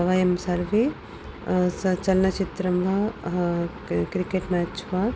वयं सर्वे स चलनचित्रं वा किं क्रिकेट् म्याच् वा